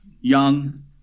Young